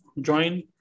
join